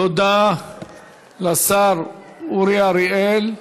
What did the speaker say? תודה לשר אורי אריאל.